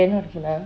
then what happen ah